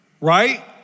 right